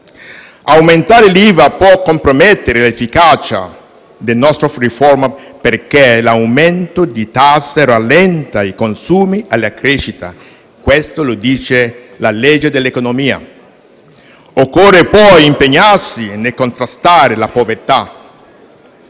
Aumentare l'IVA può compromettere l'efficacia delle nostre riforme, perché l'aumento di tasse rallenta i consumi e la crescita. Questo lo dice la legge dell'economia. Occorre poi impegnarsi nel contrasto alla povertà: